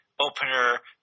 opener